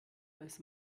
als